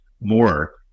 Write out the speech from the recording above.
more